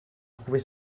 trouver